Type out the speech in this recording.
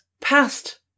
past